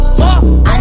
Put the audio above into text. more